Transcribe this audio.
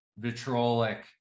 vitrolic